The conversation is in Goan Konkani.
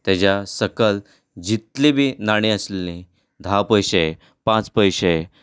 तेज्या सकल जितली बी नाणीं आसलीं धा पयशे पांच पयशे